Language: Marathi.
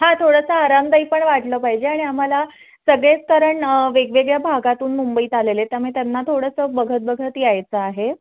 हां थोडंसं आरामदायी पण वाटलं पाहिजे आणि आम्हाला सगळेच कारण वेगवेगळ्या भागातून मुंबईत आलेले आहेत त्यामुळे त्यांना थोडंसं बघत बघत यायचं आहे